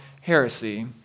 heresy